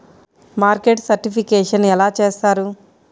Market certification ఎలా చేస్తారు?